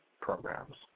programs